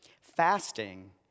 Fasting